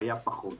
היה פחות.